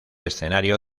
escenario